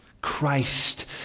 Christ